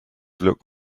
look